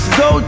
go